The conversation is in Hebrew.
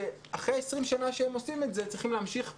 שאחרי 20 שנים שהם עושים את זה צריכים להמשיך ולהיות.